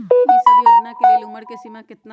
ई सब योजना के लेल उमर के सीमा केतना हई?